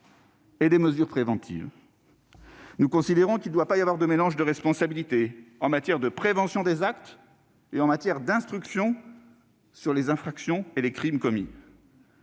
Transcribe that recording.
et les mesures préventives : il ne doit pas y avoir de mélange de responsabilités en matière de prévention des actes et en matière d'instruction sur les infractions et les crimes commis.